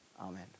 Amen